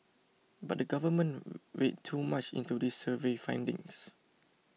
but the government read too much into these survey findings